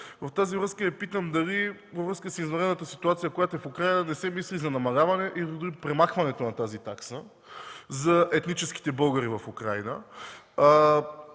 В тази връзка Ви питам дали във връзка с извънредната ситуация, която е в Украйна, не се мисли за намаляване или премахването на тази такса за етническите българи в Украйна?